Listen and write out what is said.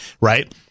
right